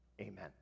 Amen